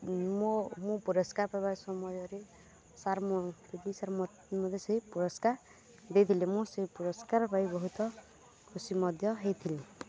ମୋ ମୁଁ ପୁରସ୍କାର ପାଇବା ସମୟରେ ସାର୍ ମୋଦି ସାର୍ ମୋତେ ସେଇ ପୁରସ୍କାର ଦେଇଥିଲେ ମୁଁ ସେ ପୁରସ୍କାର ପାଇ ବହୁତ ଖୁସି ମଧ୍ୟ ହେଇଥିଲି